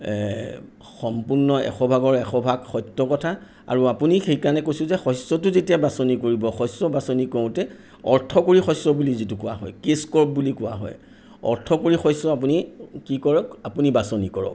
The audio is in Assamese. সম্পূৰ্ণ এশভাগৰ এশভাগ সত্য কথা আৰু আপুনি সেইকাৰণে কৈছোঁ যে শস্যটো যেতিয়া বাছনি কৰিব শস্য বাছনি কৰোঁতে অৰ্থকৰি শস্য বুলি যিটো কোৱা হয় ক্ৰেছ ক্ৰপ বুলি কোৱা হয় অৰ্থকৰি শস্য আপুনি কি কৰক আপুনি বাছনি কৰক